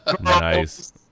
Nice